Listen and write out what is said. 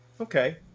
Okay